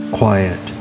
quiet